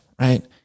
right